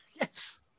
Yes